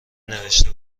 نوشته